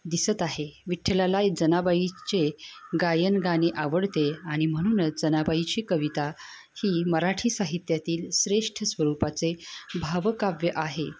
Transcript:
दिसत आहे विठ्ठलाला जनाबाईचे गायन गाणे आवडते आणि म्हणूनच जनाबाईची कविता ही मराठी साहित्यातील श्रेष्ठ स्वरूपाचे भावकाव्य आहे